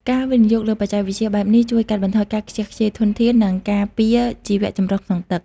ការវិនិយោគលើបច្ចេកវិទ្យាបែបនេះជួយកាត់បន្ថយការខ្ជះខ្ជាយធនធាន និងការពារជីវចម្រុះក្នុងទឹក។